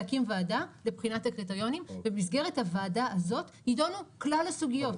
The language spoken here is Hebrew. להקים ועדה לבחינת הקריטריונים במסגרת הוועדה הזאת יידונו כלל הסוגיות,